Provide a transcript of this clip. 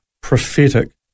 prophetic